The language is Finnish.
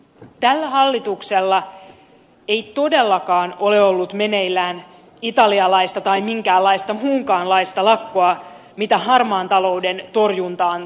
tällä hallituksella ei todellakaan ole ollut meneillään italialaista tai minkäänlaista muunkaanlaista lakkoa mitä harmaan talouden torjuntaan tulee